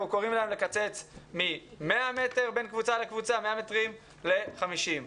קוראים להם לקצץ מ-100 מטרים בין קבוצה לקבוצה ל-50 מטרים.